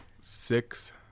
Six